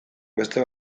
beste